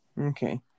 Okay